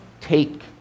take